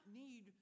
need